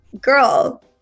girl